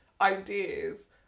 ideas